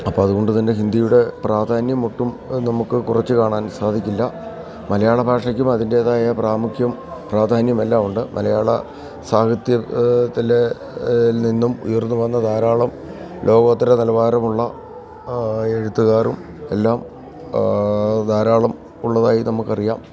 അപ്പോള് അതുകൊണ്ടുതന്നെ ഹിന്ദിയുടെ പ്രാധാന്യമൊട്ടും നമുക്ക് കുറച്ചുകാണാൻ സാധിക്കില്ല മലയാള ഭാഷയ്ക്കും അതിൻറ്റേതായ പ്രാമുഖ്യവും പ്രാധാന്യവുമെല്ലാമുണ്ട് മലയാള സാഹിത്യ ത്തില് നിന്നും ഉയർന്നുവന്ന ധാരാളം ലോകോത്തര നിലവാരമുള്ള എഴുത്തുകാരുമെല്ലാം ധാരാളമുള്ളതായി നമുക്കറിയാം